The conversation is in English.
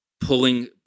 pulling